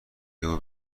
یهو